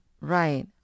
Right